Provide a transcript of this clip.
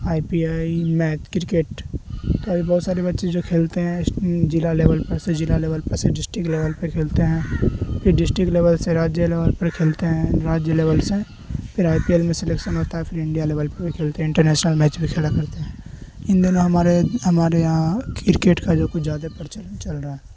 I P I match cricket تو ابھی بہت سارے بچے جو کھیلتے ہیں ضلع لیول پر سے جلع لیول پر سے ڈسٹرکٹ لیول پہ کھیلتے ہیں پھر ڈسٹرکٹ لیول سے راجیہ لیول پر کھیلتے ہیں راجیہ لیول سے پھر آئی پی ایل میں سلیکشن ہوتا ہے پھر انڈیا لیول پہ بھی کھیلتے ہیں انٹرنیشنل میچ بھی کھیلا کرتے ہیں ان دنوں ہمارے ہمارے یہاں کرکٹ کا جو کچھ زیادہ پرچلن چل رہا ہے